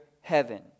heaven